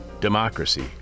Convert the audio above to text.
Democracy